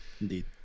Indeed